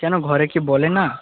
কেন ঘরে কি বলে না